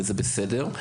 וזה בסדר.